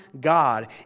God